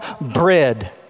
bread